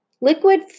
Liquid